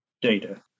data